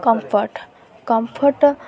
comfort comfort